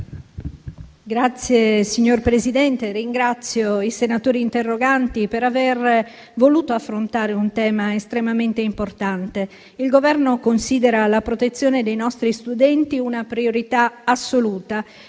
sociali*. Signor Presidente, ringrazio i senatori interroganti per aver voluto affrontare un tema estremamente importante. Il Governo considera la protezione dei nostri studenti una priorità assoluta,